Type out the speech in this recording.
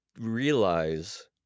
realize